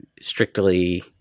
strictly